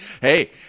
Hey